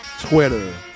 Twitter